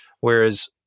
Whereas